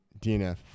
DNF